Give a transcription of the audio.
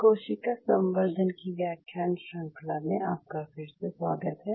कोशिका संवर्धन की व्याख्यान श्रंखला में आपका फिर से स्वागत है